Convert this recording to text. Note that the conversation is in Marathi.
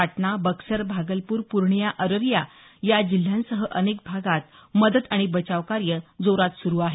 पाटणा बक्सर भागलपूर पूर्णिया अररिया या जिल्ह्यांसह अनेक भागात मदत आणि बचावकार्य जोरात सुरू आहे